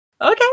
okay